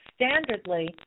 standardly